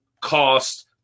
cost